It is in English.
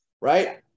right